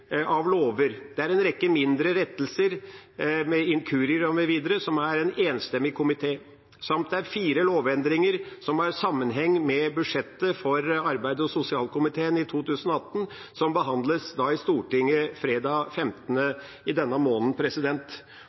av lover. Det er en rekke mindre rettelser om inkurier mv. fra en enstemmig komité samt fire lovendringer som har sammenheng med budsjettet for arbeids- og sosialkomiteen i 2018, som behandles i Stortinget fredag 15. i denne måneden.